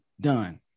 done